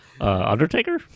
Undertaker